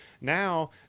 now